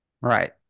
right